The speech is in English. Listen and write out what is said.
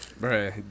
bro